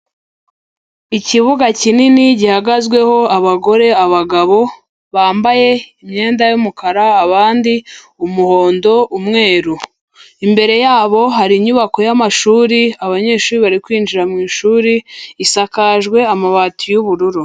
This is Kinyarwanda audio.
Ikibuga kinini gihagazweho abagore, abagabo, bambaye imyenda y'umukara abandi umuhondo, umweru, imbere yabo hari inyubako y'amashuri, abanyeshuri bari kwinjira mu ishuri isakajwe amabati y'ubururu.